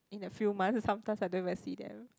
in the few months sometimes I never see them